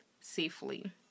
safely